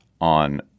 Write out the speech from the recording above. on